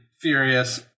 furious